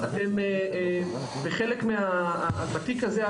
בתיק הזה,